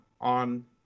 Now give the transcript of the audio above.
on